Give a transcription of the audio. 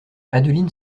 adeline